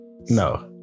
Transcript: No